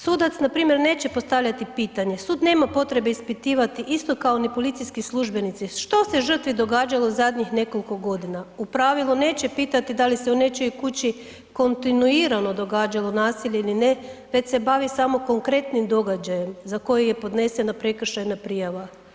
Sudac npr. neće postavljati pitanje, sud nema potrebe ispitivati, isto kao ni policijski službenici, što se žrtvi događalo zadnjih nekoliko godina, u pravilu neće pitati da li se u nečijoj kući kontinuirano događalo nasilje ili ne, već se bavi samo konkretnim događajem za koji je podnesena prekršajna prijava.